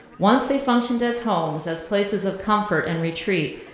once they functioned as homes, as places of comfort and retreat,